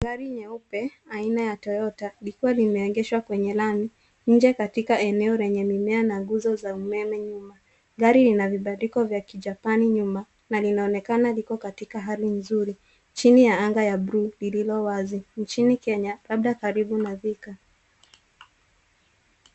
Gari nyeupe, aina ya Toyota, likiwa limeegeshwa kwenye lami, nje katika eneo lenye mimea na nguzo za umeme nyuma. Gari lina vibandiko vya kijapani nyuma, na linaonekana liko katika hali nzuri, chini ya anga ya bluu, lililo wazi, nchini Kenya, labda karibu na Thika.